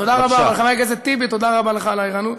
תודה רבה, חבר הכנסת טיבי, תודה רבה לך על הערנות.